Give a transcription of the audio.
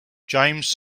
james